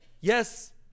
Yes